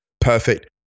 perfect